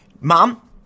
mom